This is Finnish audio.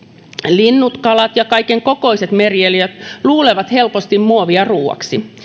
linnut kalat ja kaikenkokoiset merieliöt luulevat helposti muovia ruuaksi